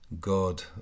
God